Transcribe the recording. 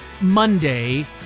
Monday